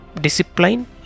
discipline